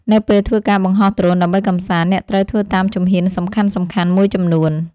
នៅពេលធ្វើការបង្ហោះដ្រូនដើម្បីកម្សាន្ត អ្នកត្រូវធ្វើតាមជំហានសំខាន់ៗមួយចំនួន។